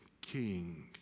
king